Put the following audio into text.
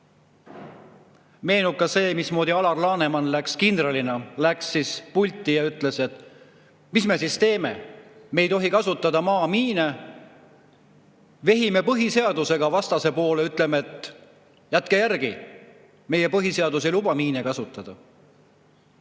Meenub ka see, mismoodi Alar Laneman kindralina pulti läks ja küsis, et mis me siis teeme, kui me ei tohi kasutada maamiine, kas vehime põhiseadusega vastase poole ja ütleme, et jätke järgi, meie põhiseadus ei luba miine kasutada.